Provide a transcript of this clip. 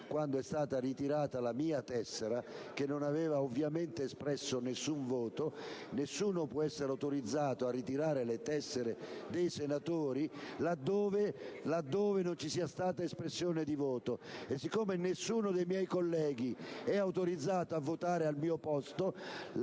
quando è stata ritirata la mia tessera, che non aveva espresso alcun voto. Nessuno può essere autorizzato a ritirare le tessere dei senatori là dove non ci sia stata espressione di voto, e poiché nessuno dei miei colleghi è autorizzato a votare al mio posto,